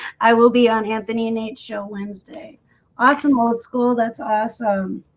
i will be on anthony and nate show wednesday awesome old school. that's awesome